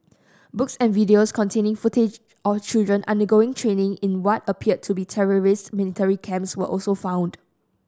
books and videos containing footage of children undergoing training in what appeared to be terrorist military camps were also found